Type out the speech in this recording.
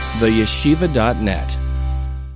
TheYeshiva.net